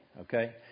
okay